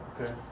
Okay